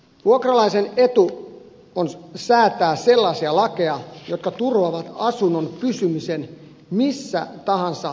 vuokralaisen etu on että säädetään sellaisia lakeja jotka turvaavat asunnon pysymisen missä tahansa elämäntilanteessa